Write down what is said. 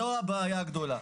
זו הבעיה הגדולה.